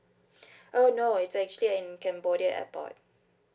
uh no it's actually in cambodia airport